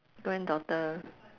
granddaughter